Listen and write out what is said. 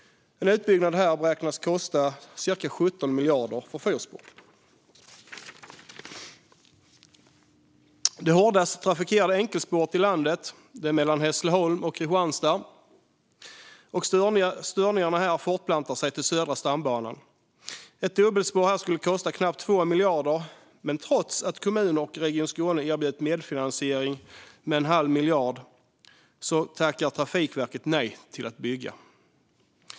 En utbyggnad här beräknas kosta cirka 17 miljarder för fyrspår. Det hårdast trafikerade enkelspåret i landet är mellan Hässleholm och Kristianstad, och störningarna här fortplantar sig till Södra stambanan. Ett dubbelspår här skulle kosta knappt 2 miljarder. Men trots att kommuner och Region Skåne erbjudit medfinansiering med en halv miljard tackar Trafikverket nej till att bygga.